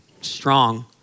strong